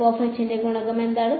പകുതി ന്റെ ഗുണകം എന്താണ്